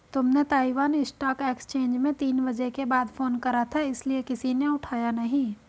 तुमने Taiwan stock exchange में तीन बजे के बाद फोन करा था इसीलिए किसी ने उठाया नहीं